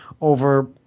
over